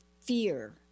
fear